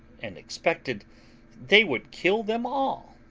and expected they would kill them all.